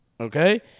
Okay